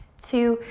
two,